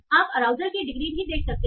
आप अराउजल की डिग्री भी देख सकते हैं